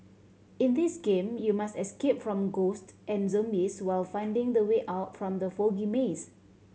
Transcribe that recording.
in this game you must escape from ghost and zombies while finding the way out from the foggy maze